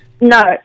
No